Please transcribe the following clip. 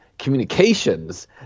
communications